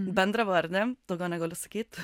bendrą vardą daugiau negaliu sakyt